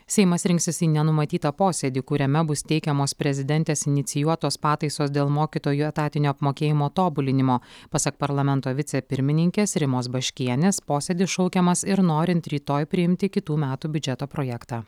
seimas rinksis į nenumatytą posėdį kuriame bus teikiamos prezidentės inicijuotos pataisos dėl mokytojų etatinio apmokėjimo tobulinimo pasak parlamento vicepirmininkės rimos baškienės posėdis šaukiamas ir norint rytoj priimti kitų metų biudžeto projektą